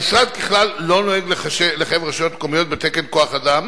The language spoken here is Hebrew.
המשרד ככלל לא נוהג לחייב רשויות מקומיות בתקן כוח-אדם